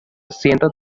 ciento